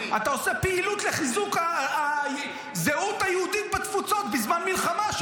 אתה עושה פעילות לחיזוק הזהות היהודית בתפוצות בזמן מלחמה,